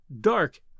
dark